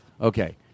Okay